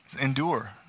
Endure